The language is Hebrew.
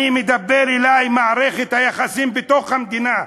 אני, מדברת אלי מערכת היחסים בתוך המדינה,